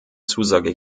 zusage